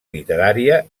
literària